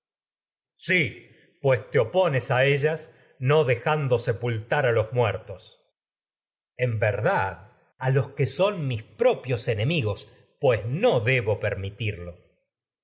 si pues te opones a ellas no dejando se pultar a los muertos menelao en verdad a los que son mis propios enemigos pues no debo permitirlo